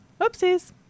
Oopsies